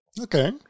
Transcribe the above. Okay